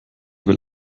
will